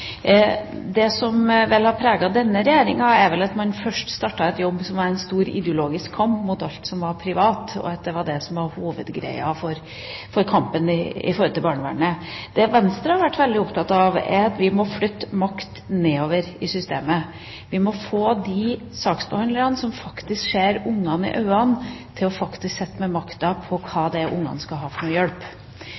Det som har preget denne regjeringa, er at man først startet en jobb – som var en stor ideologisk kamp – mot alt som er privat, og at det var det som var hovedgreia for kampen i forhold til barnevernet. Det Venstre har vært veldig opptatt av, er at vi må flytte makt nedover i systemet. Vi må få de saksbehandlerne som faktisk ser barna i øynene, til å sitte med makta til å bestemme hva